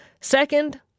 Second